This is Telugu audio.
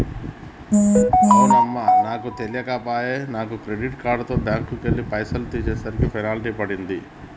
అవునమ్మా నాకు తెలియక పోయే నాను క్రెడిట్ కార్డుతో బ్యాంకుకెళ్లి పైసలు తీసేసరికి పెనాల్టీ పడింది